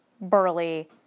burly